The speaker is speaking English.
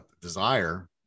desire